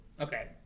okay